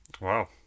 Wow